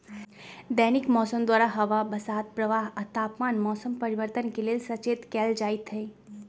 दैनिक मौसम द्वारा हवा बसात प्रवाह आ तापमान मौसम परिवर्तन के लेल सचेत कएल जाइत हइ